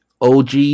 OG